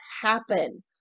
happen